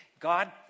God